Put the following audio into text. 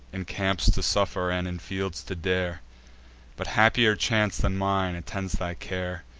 in camps to suffer, and in fields to dare but happier chance than mine attend thy care!